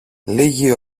λίγη